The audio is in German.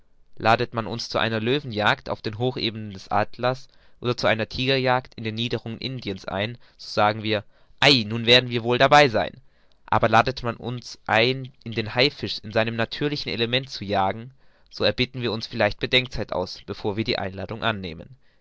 ladet man uns zu einer löwenjagd auf den hochebenen des atlas oder zu einer tigerjagd in den niederungen indiens ein so sagen wir ei nun wir werden wohl dabei sein aber ladet man uns ein den haifisch in seinem natürlichen element zu jagen so erbitten wir uns vielleicht bedenkzeit aus bevor wir die einladung annehmen